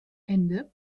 ende